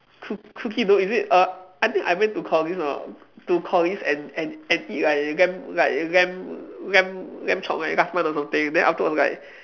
cook~ cookie dough is it uh I think I went to Collin's or to Collin's and and and eat like lamb like lamb lamb lamb chop last month or something then afterwards I was like